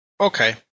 Okay